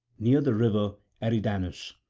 near the river eridanus.